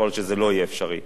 יכול להיות שזה לא יהיה אפשרי.